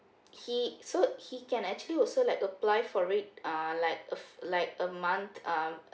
he so he can actually also like apply for it ah like uh f~ like a month uh